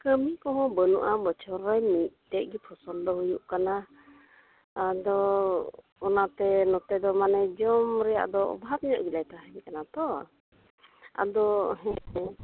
ᱠᱟᱹᱢᱤ ᱠᱚᱦᱚᱸ ᱵᱟᱹᱱᱩᱜᱼᱟ ᱵᱚᱪᱷᱚᱨ ᱨᱮ ᱢᱤᱫᱴᱮᱡ ᱜᱮ ᱯᱷᱚᱥᱚᱞ ᱫᱚ ᱦᱩᱭᱩᱜ ᱠᱟᱱᱟ ᱟᱫᱚ ᱚᱱᱟᱛᱮ ᱱᱚᱛᱮ ᱫᱚ ᱢᱟᱱᱮ ᱡᱚᱢ ᱨᱮᱭᱟᱜ ᱫᱚ ᱚᱵᱷᱟᱵ ᱧᱚᱜ ᱜᱮᱞᱮ ᱛᱟᱦᱮᱱ ᱠᱟᱱᱟ ᱛᱳ ᱟᱫᱚ ᱦᱮᱸ